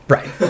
Right